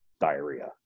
diarrhea